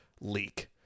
leak